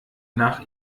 nach